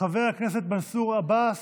חבר הכנסת מנסור עבאס,